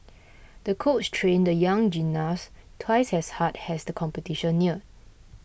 the coach trained the young gymnast twice as hard as the competition neared